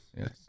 Yes